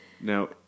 Now